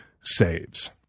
saves